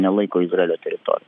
nelaiko izraelio teritorija